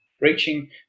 reaching